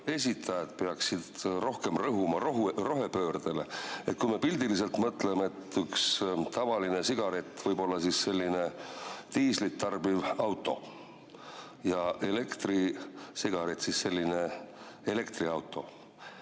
esitajad peaksid rohkem rõhuma rohepöördele. Kui me pildiliselt mõtleme, et üks tavaline sigaret võib olla selline diislit tarbiv auto ja elektrisigaret elektriauto